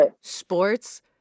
sports